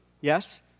Yes